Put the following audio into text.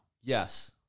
Yes